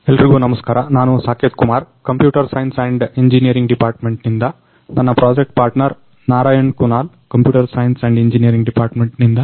ಎಲ್ರಿಗು ನಮಸ್ಕಾರ ನಾನು Saket Kumar computer science and engineering department ನಿಂದ ನನ್ನ project partner Narayan Kunal computer science and engineering department ನಿಂದ